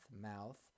mouth